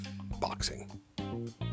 boxing